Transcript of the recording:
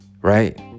right